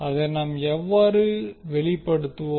அதை நாம் எவ்வாறு வெளிப்படுத்துவோம்